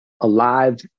alive